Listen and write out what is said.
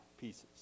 pieces